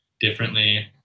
differently